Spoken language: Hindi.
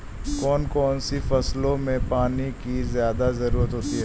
कौन कौन सी फसलों में पानी की ज्यादा ज़रुरत होती है?